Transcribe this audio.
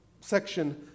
section